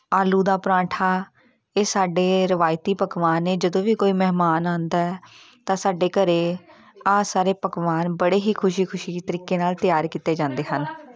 ਆਲੂ ਦਾ ਪਰੌਂਠਾ ਇਹ ਸਾਡੇ ਰਵਾਇਤੀ ਪਕਵਾਨ ਨੇ ਜਦੋਂ ਵੀ ਕੋਈ ਮਹਿਮਾਨ ਆਉਂਦਾ ਤਾਂ ਸਾਡੇ ਘਰ ਆਹ ਸਾਰੇ ਪਕਵਾਨ ਬੜੇ ਹੀ ਖੁਸ਼ੀ ਖੁਸ਼ੀ ਤਰੀਕੇ ਨਾਲ ਤਿਆਰ ਕੀਤੇ ਜਾਂਦੇ ਹਨ